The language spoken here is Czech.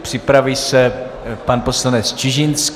Připraví se pan poslanec Čižinský.